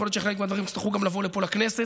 יכול להיות שחלק מהדברים יצטרכו גם לבוא לפה לכנסת.